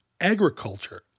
Agriculture